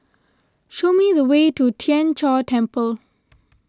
show me the way to Tien Chor Temple